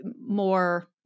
more